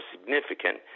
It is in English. significant